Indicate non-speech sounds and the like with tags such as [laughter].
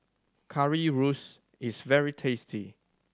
[unintelligible] is very tasty